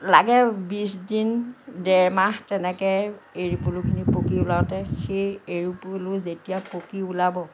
লাগে বিছদিন দেৰমাহ তেনেকৈ এড়ী পলুখিনি পকি ওলাওঁতে সেই এড়ী পলু যেতিয়া পকি ওলাব